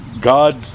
God